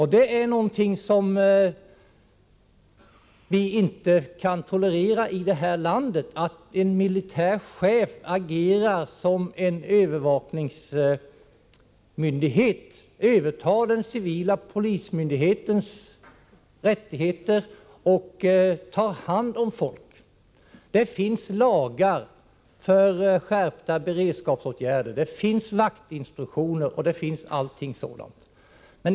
I det här landet kan vi inte tolerera att en militär chef agerar som en övervakningsmyndighet, övertar den civila polismyndighetens uppgifter och tar hand om folk. Det finns lagar för skärpta beredskapsåtgär der. Det finns vaktinstruktioner etc.